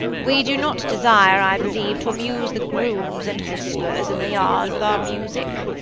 we do not desire, i believe, to amuse the grooms and hostlers in the yard with our music.